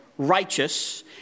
righteous